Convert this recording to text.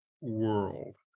world